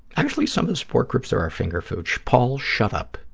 actually, some of the support groups, there are finger food. paul, shut up.